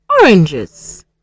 oranges